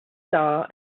star